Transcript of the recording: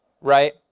right